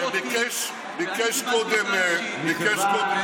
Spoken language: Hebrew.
הוא ביקש קודם, אז אני נותן לו.